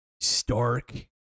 stark